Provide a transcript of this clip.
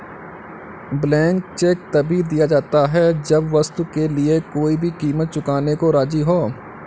blank cheque तभी दिया जाता है जब वस्तु के लिए कोई भी कीमत चुकाने को राज़ी हो